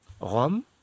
Rome